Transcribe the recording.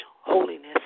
holiness